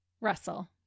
Russell